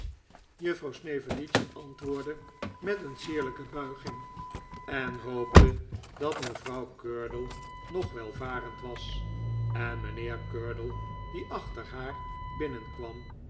juffrouw snevellicci antwoordde met een sierlijke buiging en hoopte dat mevrouw curdle nog welvarend was en mijnheer curdle die achter haar binnenkwam